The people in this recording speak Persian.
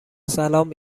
سلام